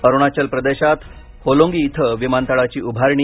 अरुणाचल प्रदेशात होलोंगी इथं विमानतळाची उभारणी